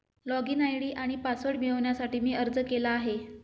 login ID आणि password मिळवण्यासाठी मी अर्ज केला आहे